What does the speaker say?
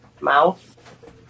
Mouth